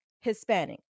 Hispanic